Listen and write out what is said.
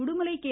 Udumalai K